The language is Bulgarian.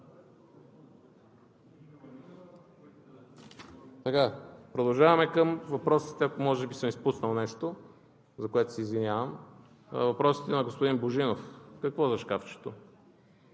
Продължаваме към въпросите – може би съм изпуснал нещо, за което се извинявам – въпросите на господин Божинов. (Реплики от